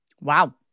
Wow